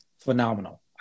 phenomenal